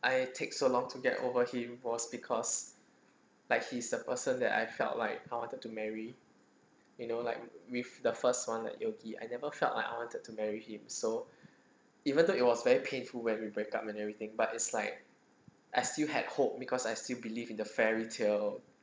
I take so long to get over him was because like he is the person that I felt like I wanted to marry you know like with the first [one] that you're gee I never felt like I wanted to marry him so even though it was very painful when we break up and everything but it's like I still had hope because I still believe in the fairy tale